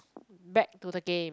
back to the game